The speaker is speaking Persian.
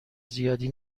زیادی